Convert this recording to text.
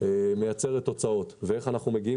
מאפשרת ומייצרת תוצאות ואיך אנחנו מגיעים